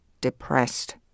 depressed